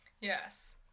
Yes